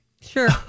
sure